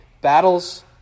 Battles